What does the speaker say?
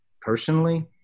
personally